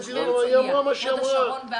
לפניך הצביעו.